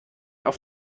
auf